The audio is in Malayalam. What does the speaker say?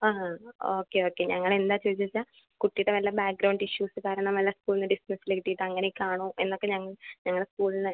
ആ ഓക്കെ ഓക്കെ ഞങ്ങൾ എന്താ ചോദിച്ചതെന്ന് വച്ചാൽ കുട്ടിയുടെ വല്ല ബാക്ക്ഗ്രൗണ്ട് ഇഷ്യൂസ് കാരണം വല്ല സ്കൂളിൽ നിന്ന് ഡിസ്മിസ്സല് കിട്ടിയിട്ട് അങ്ങനെയൊക്കെ ആണോ എന്നൊക്കെ ഞങ്ങളെ സ്കൂളിന്